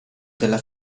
della